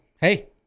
hey